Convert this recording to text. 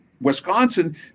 Wisconsin